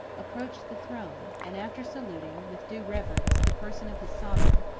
approached the throne, and after saluting, with due reverence, the person of his sovereign,